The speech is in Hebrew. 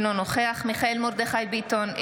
אינו נוכח מיכאל מרדכי ביטון,